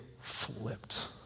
flipped